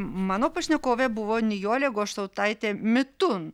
mano pašnekovė buvo nijolė goštautaitė mitun